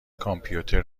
کامپیوتر